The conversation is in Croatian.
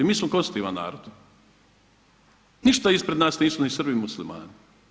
I mi smo konstitutivan narod, ništa ispred nas nisu ni Srbi ni Muslimani.